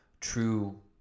true